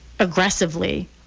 aggressively